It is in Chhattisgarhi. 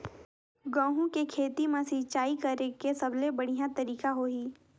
गंहू के खेती मां सिंचाई करेके सबले बढ़िया तरीका होही?